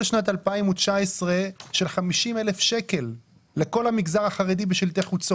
שנת 2019 של 50,000 שקל לכל המגזר החרדי בשלטי חוצות,